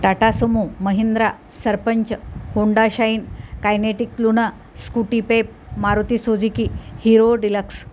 Tata Sumo Mahindra Sarpanch Honda Shine Kinetic Luna Scooty Pep Maruti Suzuki Hero deluxe